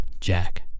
jack